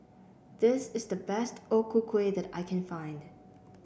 this is the best O Ku Kueh that I can find